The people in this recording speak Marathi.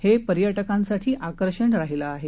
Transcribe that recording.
हे पर्यटकांसाठी आकर्षण राहिलं आहे